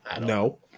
No